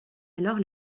alors